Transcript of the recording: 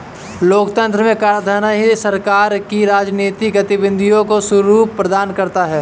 लोकतंत्र में कराधान ही सरकार की राजनीतिक गतिविधियों को स्वरूप प्रदान करता है